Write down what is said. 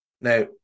Now